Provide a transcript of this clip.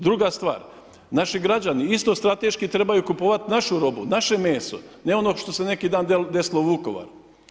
Druga stvar, naši građani isto strateški trebaju kupovati našu robu, naše meso, ne ono što se neki dan desilo u Vukovaru.